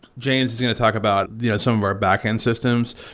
james is going to talk about, you know, some were back-end systems.